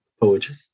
poetry